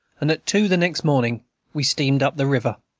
and at two the next morning we steamed up the river.